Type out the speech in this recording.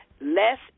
Less